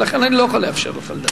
ולכן אני לא יכול לאפשר לך לדבר.